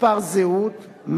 מספר זהות,